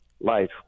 life